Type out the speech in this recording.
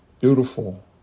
Beautiful